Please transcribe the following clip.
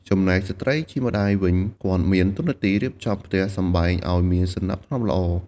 ចំណែកឯស្ត្រីជាម្តាយវិញ គាត់មានតួនាទីរៀបចំផ្ទះសម្បែងឲ្យមានសណ្តាប់ធ្នាប់ល្អ។